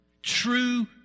true